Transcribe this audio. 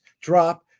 drop